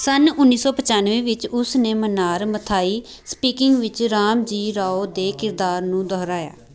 ਸੰਨ ਉੱਨੀ ਸੌ ਪਚਾਨਵੇਂ ਵਿੱਚ ਉਸ ਨੇ ਮੰਨਾਰ ਮਥਾਈ ਸਪੀਕਿੰਗ ਵਿੱਚ ਰਾਮਜੀ ਰਾਓ ਦੇ ਕਿਰਦਾਰ ਨੂੰ ਦੁਹਰਾਇਆ